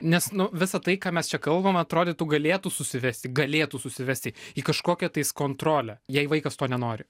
nes nu visa tai ką mes čia kalbam atrodytų galėtų susivesti galėtų susivesti į kažkokią tais kontrolę jei vaikas to nenori